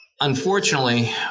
unfortunately